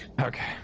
Okay